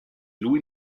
lui